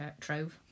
trove